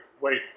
wait